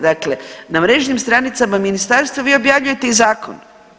Dakle na mrežnim stranicama ministarstva vi objavljujete i zakon.